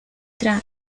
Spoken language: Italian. tra